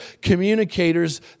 communicators